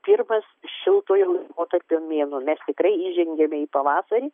pirmas šiltojo laikotarpio mėnuo mes tikrai įžengėme į pavasarį